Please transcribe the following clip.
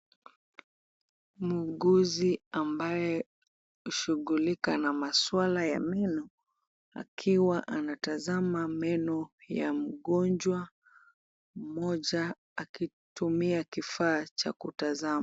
Muuguzi ambaye anashughulika na maswala ya meno akiwa anatazama meno ya mgonjwa mmoja akitumia kifaa cha kutazama.